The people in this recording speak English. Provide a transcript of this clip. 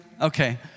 okay